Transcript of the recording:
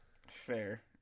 Fair